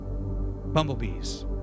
bumblebees